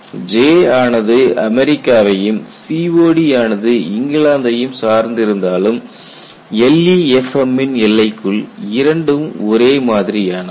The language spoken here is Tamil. J ஆனது அமெரிக்காவையும் COD ஆனது இங்கிலாந்தையும் சார்ந்து இருந்தாலும் LEFM ன் எல்லைக்குள் இரண்டும் ஒரே மாதிரியானவை